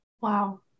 Wow